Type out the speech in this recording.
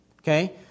Okay